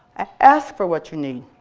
ask for what you need